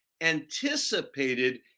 anticipated